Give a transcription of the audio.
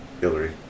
Hillary